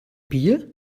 bier